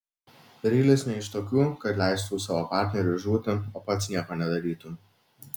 rylis ne iš tokių kad leistų savo partneriui žūti o pats nieko nedarytų